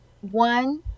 one